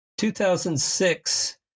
2006